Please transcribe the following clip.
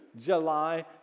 July